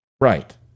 Right